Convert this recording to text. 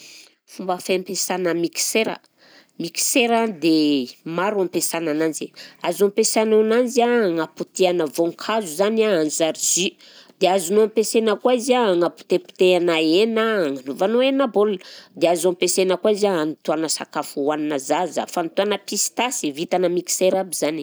Fomba fempiasana mixeura, mixeura dia maro ampiasana ananjy, azo ampiasana ananjy an agnapotehana voankazo zany an hanjary jus, dia azonao ampiasaina koa izy a agnapotepotehana hena agnanovanao hena baolina, dia azo ampiasaina koa izy a anotoana sakafo hohaninà zaza, fanotoana pistasy, vitanà mixeura aby zany.